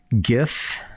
gif